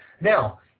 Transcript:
Now